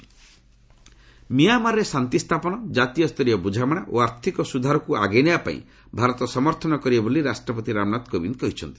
president visit ମିଆଁମାରରେ ଶାନ୍ତି ସ୍ଥାପନ ଜାତୀୟ ସ୍ତରୀୟ ବୁଝାମଣା ଓ ଆର୍ଥିକ ସୁଧାରକୁ ଆଗେଇ ନେବା ପାଇଁ ଭାରତ ସମର୍ଥନ କରିବ ବୋଲି ରାଷ୍ଟ୍ରପତି ରାମନାଥ କୋବିନ୍ଦ କହିଛନ୍ତି